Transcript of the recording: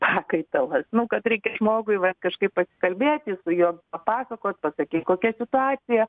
pakaitalas nu kad reikia žmogui vat kažkaip pasikalbėti su juo papasakot pasakyt kokia situacija